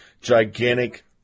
Gigantic